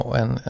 en